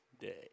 day